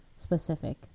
specific